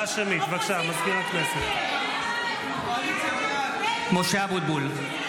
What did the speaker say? (קורא בשמות חברי הכנסת) משה אבוטבול,